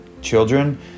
children